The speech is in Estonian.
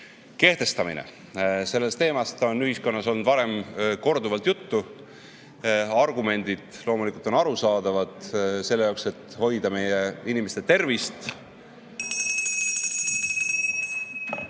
kehtestamine. Sellest teemast on ühiskonnas olnud varem korduvalt juttu. Argumendid loomulikult on arusaadavad. Seda tuleb teha selleks, et hoida meie inimeste tervist. (Juhataja